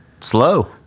Slow